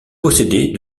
posséder